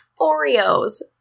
Oreos